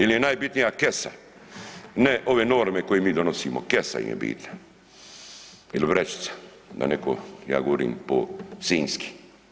Jel je najbitnija kesa, ne ove norme koje mi donosimo, kesa im je bitna ili vrećica, da netko ja govorim po sinjski.